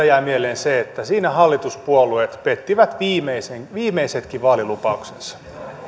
jää mieleen se että siinä hallituspuolueet pettivät viimeisetkin vaalilupauksensa